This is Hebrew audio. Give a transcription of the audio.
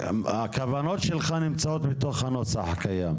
הכוונות שלך נמצאות בתוך הנוסח הקיים.